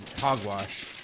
hogwash